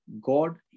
god